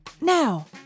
Now